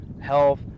health